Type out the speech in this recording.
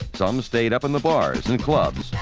some stayed up in the bars and clubs,